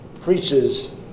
preaches